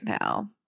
now